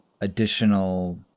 additional